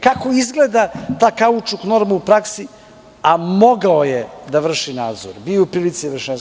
Kako izgleda ta kaučuk norma u praksi – a mogao je da vrši nadzor, bio je u prilici da vrši nadzor?